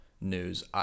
news